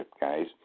guys